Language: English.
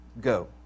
go